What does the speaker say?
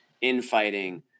infighting